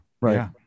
Right